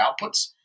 outputs